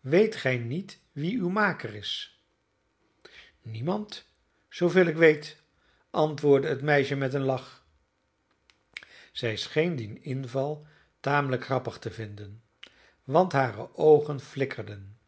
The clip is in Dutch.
weet gij niet wie uw maker is niemand zooveel ik weet antwoordde het meisje met een lach zij scheen dien inval tamelijk grappig te vinden want hare oogen flikkerden